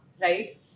right